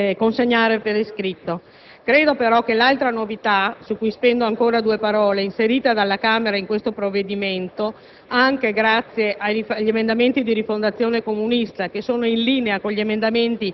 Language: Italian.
a cancellare programmi di prevenzione. Credo che nessun collega qui dentro, nemmeno i colleghi della Lega che tanto di solito lavorano per il federalismo, possa accettare una simile prospettiva.